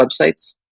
websites